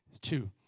two